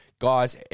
Guys